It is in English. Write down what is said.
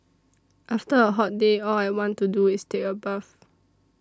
after a hot day all I want to do is take a bath